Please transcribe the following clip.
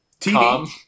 TV